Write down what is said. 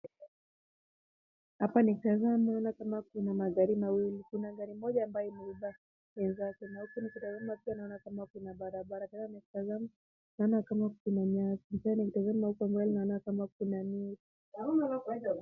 Hapa nikitazama naona kama kuna magari mawili. Kuna gari moja ambayo imebeba mwenzake. Na huku nikitazama pia naona kama kuna barabara na nikitazama naona kama kuna nyasi na pia kuna miwa.